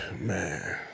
man